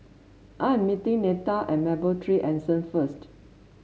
I am meeting Neta at Mapletree Anson first